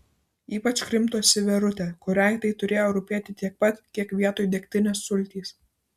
ypač krimtosi verutė kuriai tai turėjo rūpėti tiek pat kiek vietoj degtinės sultys